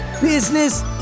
business